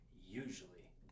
usually